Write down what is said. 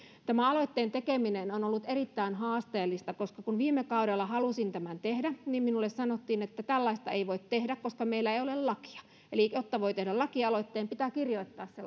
tämä aloitteen tekeminen on ollut erittäin haasteellista kun viime kaudella halusin tämän tehdä niin minulle sanottiin että tällaista ei voi tehdä koska meillä ei ole lakia eli jotta voi tehdä lakialoitteen pitää kirjoittaa se